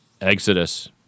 Exodus